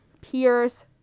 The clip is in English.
peers